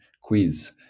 quiz